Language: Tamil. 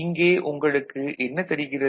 இங்கே உங்களுக்கு என்னத் தெரிகிறது